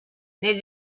nel